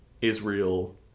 Israel